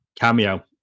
cameo